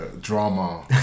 drama